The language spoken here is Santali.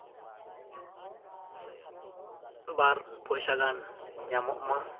ᱵᱟᱨ ᱯᱚᱭᱥᱟ ᱜᱟᱱ ᱧᱟᱢᱚᱜᱼᱢᱟ